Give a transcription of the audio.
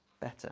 better